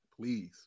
please